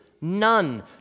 None